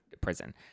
prison